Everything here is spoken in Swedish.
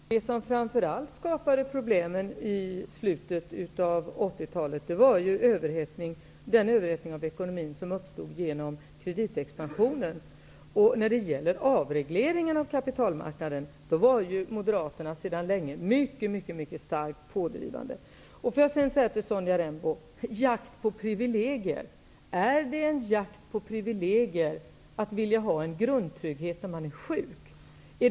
Herr talman! Det som framför allt skapade problem i slutet av 1980-talet, var den överhettning av ekonomin som uppstod genom kreditexpansionen. När det gäller avregleringen av kapitalmarknaden var ju Moderaterna sedan länge mycket starkt pådrivande. Sonja Rembo säger att det är en jakt på privilegier. Är det en jakt på privilegier att vilja ha en grundtrygghet vid sjukdom?